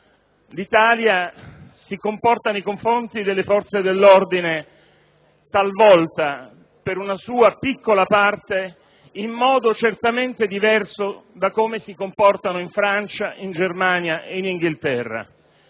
l'Italia si comporta nei confronti delle forze dell'ordine, talvolta per una sua piccola parte, in modo certamente diverso da come si comportano Francia, Germania, Inghilterra.